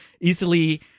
easily